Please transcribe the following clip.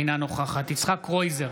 אינה נוכחת יצחק קרויזר,